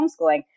homeschooling